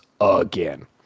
again